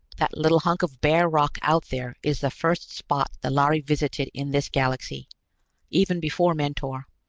that little hunk of bare rock out there is the first spot the lhari visited in this galaxy even before mentor.